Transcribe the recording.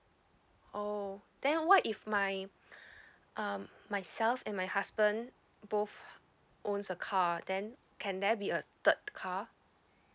oh then what if my um myself and my husband both owns a car then can there be a third car